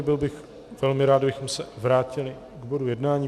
Byl bych velmi rád, kdybychom se vrátili k bodu jednání.